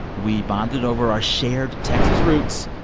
we bonded over our shared texas roots.